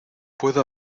puedo